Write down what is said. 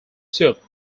soup